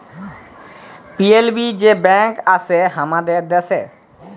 PLB যে bank আসে হামাদের দ্যাশে